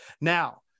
Now